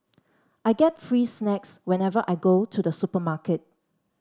I get free snacks whenever I go to the supermarket